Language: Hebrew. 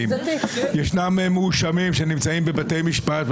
הוא הפך לסניף מעין מפלגתי של השקפת עולם קיצונית אנטי